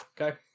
Okay